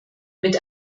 mit